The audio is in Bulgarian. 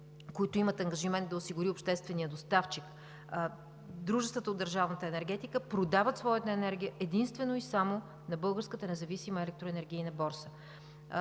има ангажимент да осигури, дружествата от държавната енергетика продават своята енергия единствено и само на Българската независима електроенергийна борса.